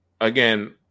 again